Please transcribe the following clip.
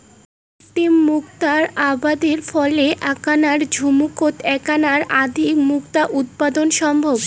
কৃত্রিম মুক্তা আবাদের ফলে এ্যাকনা ঝিনুকোত এ্যাকের অধিক মুক্তা উৎপাদন সম্ভব